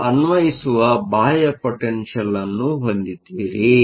ನೀವು ಅನ್ವಯಿಸುವ ಬಾಹ್ಯ ಪೊಟೆನ್ಷಿಯಲ್Potential ಅನ್ನು ಹೊಂದಿದ್ದೀರಿ